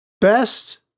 Best